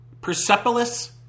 Persepolis